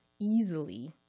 easily